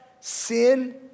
sin